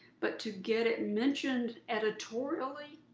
but to get it mentioned editorially,